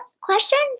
questions